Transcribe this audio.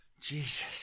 Jesus